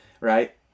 right